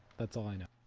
that's all i know